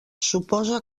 suposa